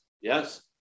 Yes